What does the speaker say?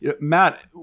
Matt